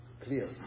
Clear